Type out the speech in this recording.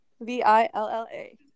V-I-L-L-A